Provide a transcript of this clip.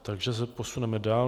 Takže se posuneme dál.